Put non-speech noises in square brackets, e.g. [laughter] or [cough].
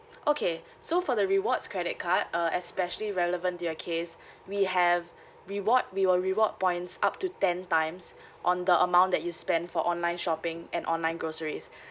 okay so for the rewards credit card uh especially relevant to your case [breath] we have reward we will reward points up to ten times [breath] on the amount that you spend for online shopping and online groceries [breath]